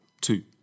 two